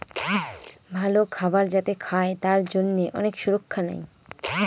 ভালো খাবার যাতে খায় তার জন্যে অনেক সুরক্ষা নেয়